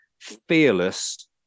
fearless